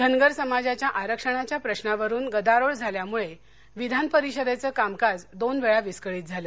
धनगर समाजाच्या आरक्षणाच्या प्रशावरून गदारोळ झाल्यामुळे विधान परीषदेचं कामकाज दोन वेळा विस्कळीत झालं